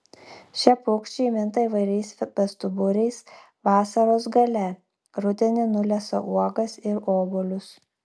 šie paukščiai minta įvairiais bestuburiais vasaros gale rudenį nulesa uogas ir obuolius